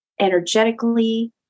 energetically